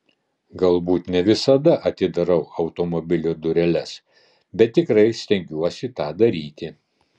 galbūt ne visada atidarau automobilio dureles bet tikrai stengiuosi tą daryti